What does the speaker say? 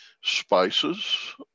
Spices